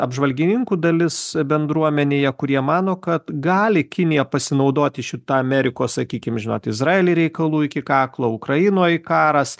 apžvalgininkų dalis bendruomenėje kurie mano kad gali kinija pasinaudoti šita amerikos sakykim žinot izraely reikalų iki kaklo ukrainoj karas